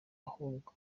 ahubwo